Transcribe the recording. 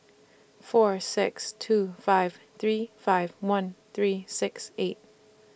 four six two five three five one three six eight